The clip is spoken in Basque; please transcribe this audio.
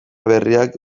berriak